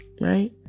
right